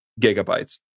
gigabytes